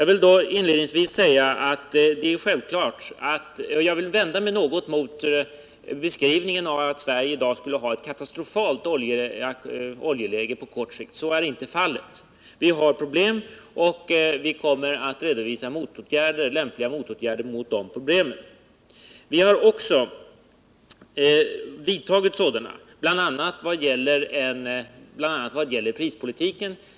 Inledningsvis vill jag något vända mig mot beskrivningen att Sverige i dag 109 på kort sikt skulle ha ett katastrofalt oljeläge. Så är inte fallet. Vi har problem, men vi kommer att redovisa lämpliga motåtgärder. Vi har också vidtagit sådana, bl.a. när det gäller prispolitiken.